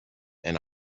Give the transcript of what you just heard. and